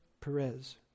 Perez